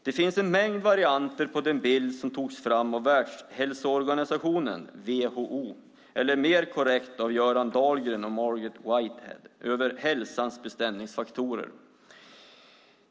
Det finns en mängd varianter på den bild som togs fram av Världshälsoorganisationen, WHO, eller mer korrekt av Göran Dahlgren och Margaret Whitehead över hälsans bestämningsfaktorer.